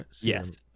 Yes